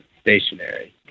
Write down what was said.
stationary